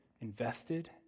invested